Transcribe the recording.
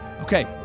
Okay